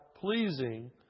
pleasing